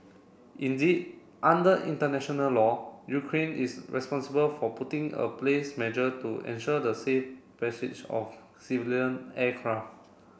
indeed under international law Ukraine is responsible for putting a place measure to ensure the safe passage of civilian aircraft